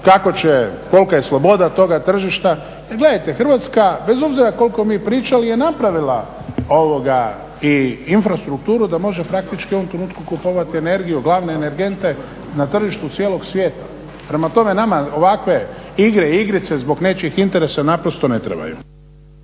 kako će, kolka je sloboda toga tržišta. Jer gledajte, Hrvatska bez obzira koliko mi pričali je napravila ovoga i infrastrukturu da može praktički u ovom trenutku kupovati energiju, glavne energente na tržištu cijelog svijeta. Prema tome, nama ovakve igre, igrice zbog nečijih interesa naprosto ne trebaju.